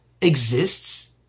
exists